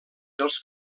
dels